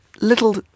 little